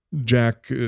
Jack